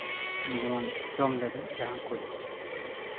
ᱡᱮᱢᱚᱱ ᱡᱚᱢ ᱞᱟᱹᱜᱤᱫ ᱡᱟᱦᱟᱸ ᱠᱩᱡ